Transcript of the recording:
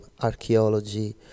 archaeology